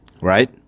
right